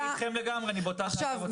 אני אתכם לגמרי, אני חש את אותה דאגה.